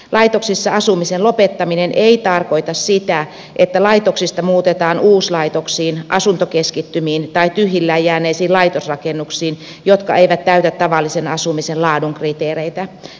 laitoksissa asumisen lopettaminen ei tarkoita sitä että laitoksista muutetaan uuslaitoksiin asuntokeskittymiin tai tyhjilleen jääneisiin laitosrakennuksiin jotka eivät täytä tavallisen asumisen laadun kriteereitä